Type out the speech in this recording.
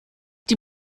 die